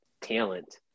talent